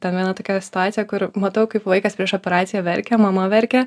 ten viena tokia situacija kur matau kaip vaikas prieš operaciją verkia mama verkia